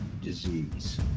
disease